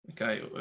Okay